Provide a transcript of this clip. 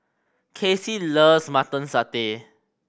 Kacey loves Mutton Satay